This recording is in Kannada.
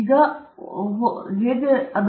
ಆದ್ದರಿಂದ ಫಲಿತಾಂಶವು ಸರಳವಾದ ಡೇಟಾದ ಹೇಳಿಕೆಯಾಗಿದೆ